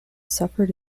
suffered